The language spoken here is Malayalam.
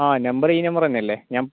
ആ നമ്പർ ഈ നമ്പർ തന്നെയല്ലേ